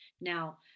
Now